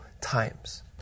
times